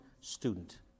student